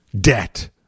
debt